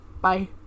Bye